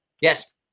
Yes